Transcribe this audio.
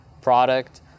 product